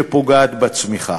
שפוגעת בצמיחה.